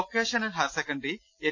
vocational higher സെക്കന്ററിഎൻ